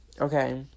okay